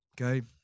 okay